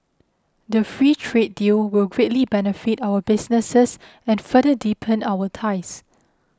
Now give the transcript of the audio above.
the free trade deal will greatly benefit our businesses and further deepen our ties